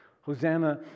Hosanna